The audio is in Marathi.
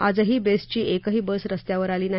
आजही बेस्टची एकही बस रस्त्यावर आली नाही